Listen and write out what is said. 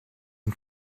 une